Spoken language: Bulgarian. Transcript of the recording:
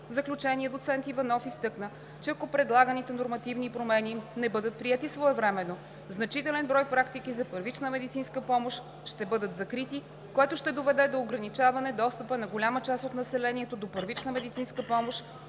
заключение доцент Иванов изтъкна, че ако предлаганите нормативни промени не бъдат приети своевременно, значителен брой практики за първична медицинска помощ ще бъдат закрити, което ще доведе до ограничаване достъпа на голяма част от населението до първична медицинска помощ,